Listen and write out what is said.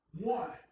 One